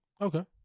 Okay